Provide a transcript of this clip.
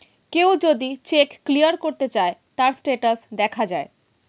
কেউ যদি check clear করতে চায়, তার স্টেটাস দেখা যায়